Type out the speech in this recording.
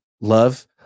Love